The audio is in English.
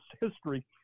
history